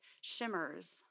shimmers